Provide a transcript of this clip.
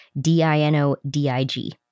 D-I-N-O-D-I-G